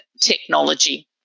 technology